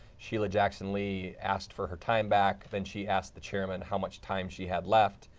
shiela jackson-lee asked for her time back, then she asked the chairman how much time she had left.